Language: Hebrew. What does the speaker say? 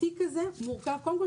התיק הזה מורכב קודם כול,